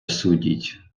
судіть